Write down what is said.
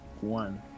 one